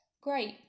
Great